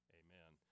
amen